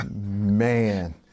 Man